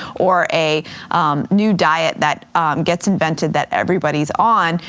or a new diet that gets invented that everybody's on,